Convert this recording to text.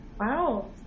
Wow